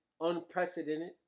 unprecedented